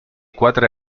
quatre